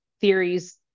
theories